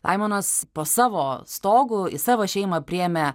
laimonas po savo stogu į savo šeimą priėmė